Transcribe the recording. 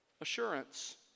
Assurance